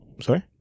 Sorry